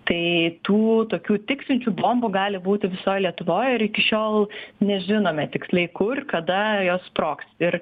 tai tų tokių tiksinčių bombų gali būti visoj lietuvoje ir iki šiol nežinome tiksliai kur kada jos sprogs ir